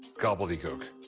gobbledygook.